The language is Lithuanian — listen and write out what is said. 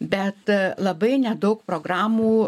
bet labai nedaug programų